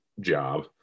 job